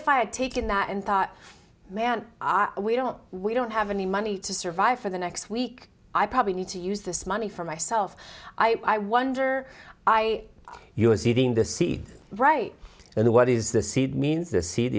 if i had taken that and thought man are we don't we don't have any money to survive for the next week i probably need to use this money for myself i wonder i use it in the seed right and what is the seed means the se